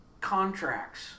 Contracts